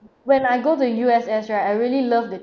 when I go to U_S_S right I really loved the